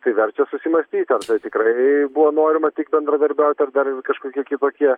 tai verčia susimąstyti ar tikrai buvo norima tik bendradarbiaut ar dar kažkokie kitokie